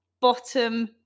bottom